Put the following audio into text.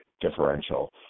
differential